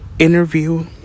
interview